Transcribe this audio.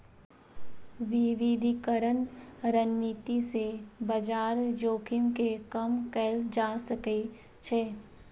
विविधीकरण रणनीति सं बाजार जोखिम कें कम कैल जा सकै छै